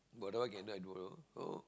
but that one I can do i do uh